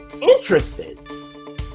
interested